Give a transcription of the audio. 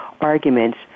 arguments